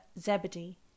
Zebedee